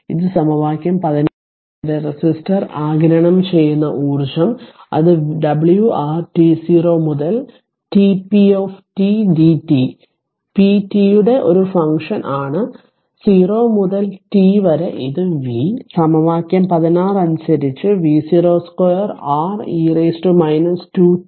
ഇത് സമവാക്യം 16 ആണ് t സമയം വരെ റെസിസ്റ്റർ ആഗിരണം ചെയ്യുന്ന ഊർജ്ജം അത് WRt 0 മുതൽ t p dt p t യുടെ ഒരു ഫംഗ്ഷൻ ആണ് 0 മുതൽ t വരെ ഇത് v സമവാക്യം 16 അനുസരിച്v0 2R e 2 t τ dt